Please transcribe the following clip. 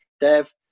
Dev